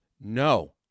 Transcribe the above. no